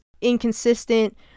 inconsistent